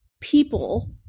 people